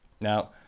Now